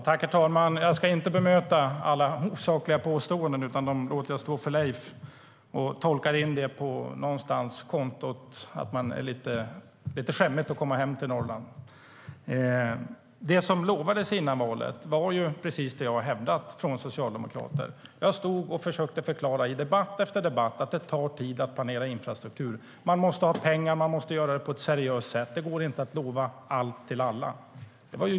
Herr talman! Jag ska inte bemöta alla osakliga påståenden. Jag låter dem stå för Leif och placerar dem någonstans på kontot över att det är lite skämmigt att komma hem till Norrland nu. Det som lovades från socialdemokrater före valet var precis det som jag har hävdat. Jag stod och försökte förklara i debatt efter debatt att det tar tid att planera infrastruktur. Man måste ha pengar och göra det på ett seriöst sätt. Det går inte att lova allt till alla.